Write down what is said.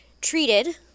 treated